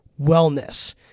wellness